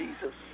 Jesus